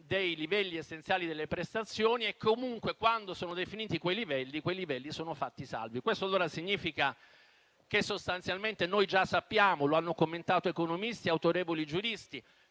dei livelli essenziali delle prestazioni e comunque quando sono definiti quei livelli, quei livelli sono fatti salvi. Questo allora significa che sostanzialmente già sappiamo - lo hanno commentato economisti e autorevoli giuristi